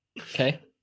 Okay